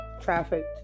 trafficked